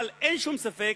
אבל אין שום ספק